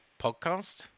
podcast